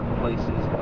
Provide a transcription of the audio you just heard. places